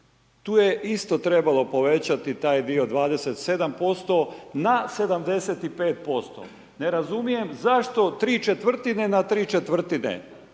Tu je isto trebalo povećati taj dio 27% na 75%. Ne razumijem zašto ¾ na ¾ dodatka?